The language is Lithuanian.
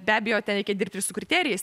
be abejo ten reikia dirbt ir su kriterijais